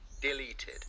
deleted